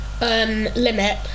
limit